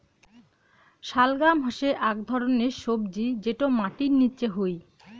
শালগাম হসে আক ধরণের সবজি যটো মাটির নিচে হই